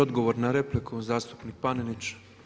Odgovor na repliku zastupnik Panenić.